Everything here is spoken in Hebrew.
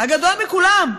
הגדול מכולם,